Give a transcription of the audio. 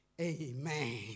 Amen